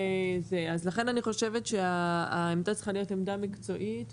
ולכן אני חושבת שהעמדה צריכה להיות עמדה מקצועית,